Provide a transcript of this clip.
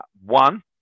One